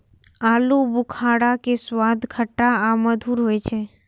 आलू बुखारा के स्वाद खट्टा आ मधुर होइ छै